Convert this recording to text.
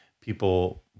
people